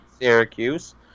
Syracuse